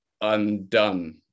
undone